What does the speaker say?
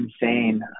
insane